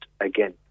again